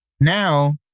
Now